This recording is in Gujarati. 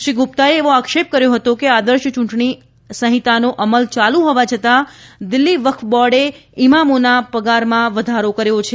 શ્રી ગુપ્તાએ એવો આક્ષેપ કર્યો હતો કે આદર્શ યૂંટણી આયાર સંહિતાનો અમલ ચાલુ હોવા છતાં દિલ્હી વકફ બોર્ડે ઇમામોના પગારમાં વધારો કર્યો છે